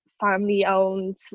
family-owned